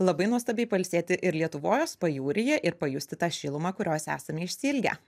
labai nuostabiai pailsėti ir lietuvos pajūryje ir pajusti tą šilumą kurios esame išsiilgę